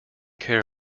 care